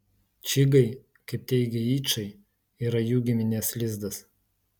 čigai kaip teigia yčai yra jų giminės lizdas